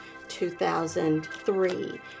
2003